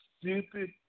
stupid